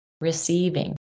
receiving